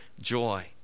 joy